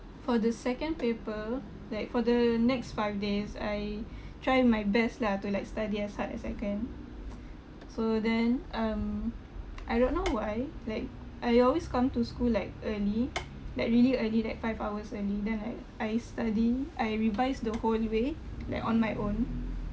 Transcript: for the second paper like for the next five days I tried my best lah to like study as hard as I can so then um I don't know why like I always come to school like early like really early like five hours early then like I study I revise the whole way like on my own